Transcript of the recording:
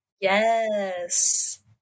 Yes